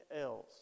else